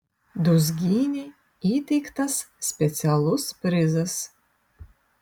dūzgynei įteiktas specialus prizas